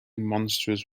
monstrous